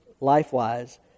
life-wise